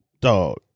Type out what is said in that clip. dog